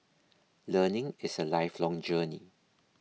learning is a lifelong journey